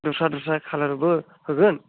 दस्रा दस्रा कालारबो होगोन